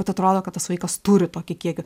vat atrodo kad tas vaikas turi tokį kiekį